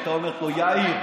היא הייתה אומרת לו: יאיר,